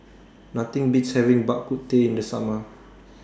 Nothing Beats having Bak Kut Teh in The Summer